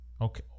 Okay